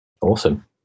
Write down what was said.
Awesome